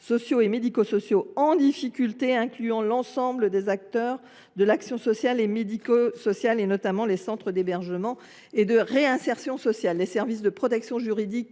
sociaux et médico sociaux en difficulté incluant l’ensemble des acteurs de l’action sociale et médico sociale. Sont concernés notamment les centres d’hébergement et de réinsertion sociale, les services de protection juridique